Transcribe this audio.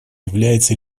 является